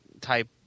type